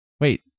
Wait